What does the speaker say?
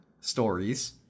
stories